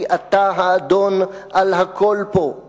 כי אתה האדון על הכול פה!/